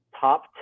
top